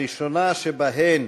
הראשונה שבהן